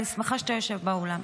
אני שמחה שאתה יושב באולם.